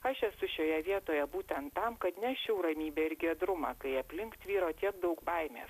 aš esu šioje vietoje būtent tam kad neščiau ramybę ir giedrumą kai aplink tvyro tiek daug baimės